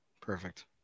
Perfect